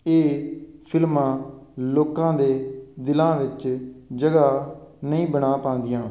ਇਹ ਫਿਲਮਾਂ ਲੋਕਾਂ ਦੇ ਦਿਲਾਂ ਵਿੱਚ ਜਗ੍ਹਾ ਨਹੀਂ ਬਣਾ ਪਾਉਂਦੀਆਂ